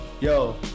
Yo